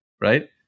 right